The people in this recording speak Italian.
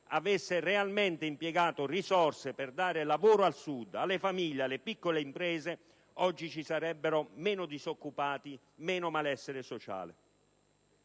avesse realmente impiegato risorse per dare lavoro al Sud, alle famiglie, alle piccole imprese, oggi ci sarebbero meno disoccupati, meno malessere sociale.